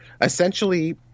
essentially